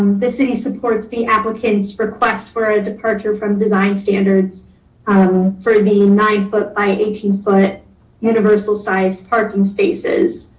the city supports the applicant's request for a departure from design standards um for the nine foot by eighteen foot universal sized parking spaces,